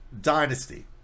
dynasty